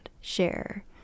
share